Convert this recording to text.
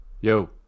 yo